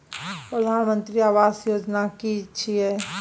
प्रधानमंत्री आवास योजना कि छिए?